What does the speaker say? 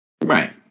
Right